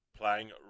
playing